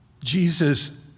Jesus